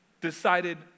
decided